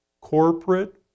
Corporate